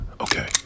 Okay